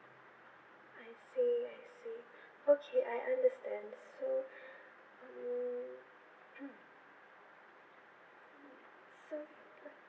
I see I see okay I understand so mm so